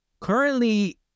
Currently